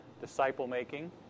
disciple-making